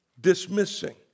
dismissing